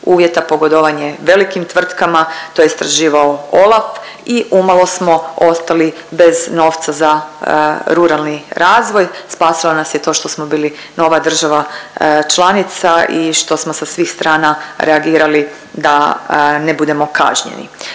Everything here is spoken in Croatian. uvjeta, pogodovanje velikim tvrtkama. To je istraživao OLAF i umalo smo ostali bez novca za ruralni razvoj. Spasilo nas je to što smo bili nova država članica i što smo sa svih strana reagirali da ne budemo kažnjeni.